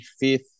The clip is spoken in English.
fifth